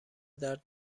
درد